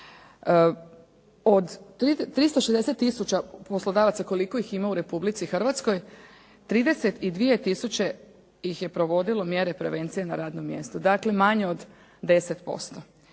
Od 360 tisuća poslodavaca koliko ih ima u Republici Hrvatskoj, 32 tisuće ih je provodilo mjere prevencije na radnom mjestu, dakle manje od 10%.